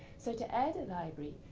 so to add a library,